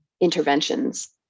interventions